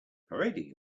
parading